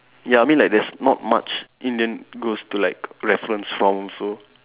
ya I mean like there's not much Indian ghost to like reference from also